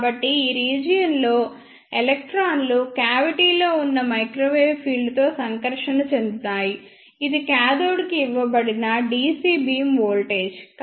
కాబట్టి ఈ రీజియన్ లో ఎలక్ట్రాన్లు క్యావిటిలో ఉన్న మైక్రోవేవ్ ఫీల్డ్తో సంకర్షణ చెందుతాయి ఇది కాథోడ్కు ఇవ్వబడిన dc బీమ్ వోల్టేజ్